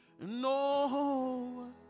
No